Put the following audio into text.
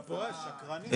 אתה פורש, שקרנים.